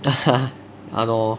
!hannor!